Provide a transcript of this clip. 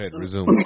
resume